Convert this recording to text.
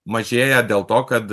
mažėja dėl to kad